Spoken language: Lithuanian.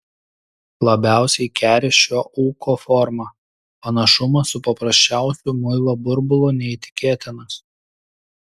labiausiai keri šio ūko forma panašumas su paprasčiausiu muilo burbulu neįtikėtinas